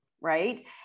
right